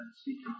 speaking